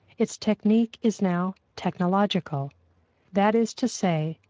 its technique is now technological that is to say,